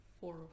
four